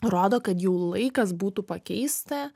rodo kad jau laikas būtų pakeisti